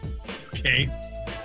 Okay